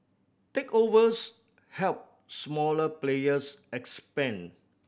takeovers helped smaller players expand